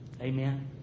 Amen